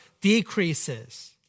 decreases